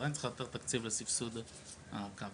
עדיין צריך לאתר תקציב לסבסוד הקו.